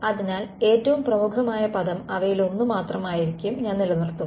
അതിനാൽ ഏറ്റവും പ്രമുഖമായ പദം അവയിലൊന്ന് മാത്രമായിരിക്കും ഞാൻ നിലനിർത്തുക